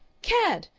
cad!